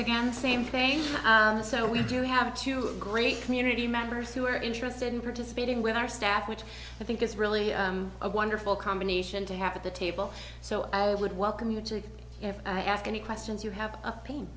again same thing so we do have two great community members who are interested in participating with our staff which i think it's really a wonderful combination to have of the table so i would welcome you to if i ask any questions you have a pain